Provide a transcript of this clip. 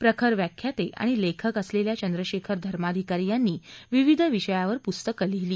प्रखर व्याख्याते आणि लेखक असलेल्या चंद्रशेखर धर्माधिकारी यांनी विविध विषयावर पुस्तक लिहिली